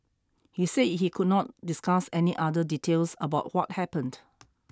he said he could not discuss any other details about what happened